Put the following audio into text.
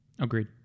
Agreed